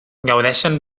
gaudeixen